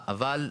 אבל,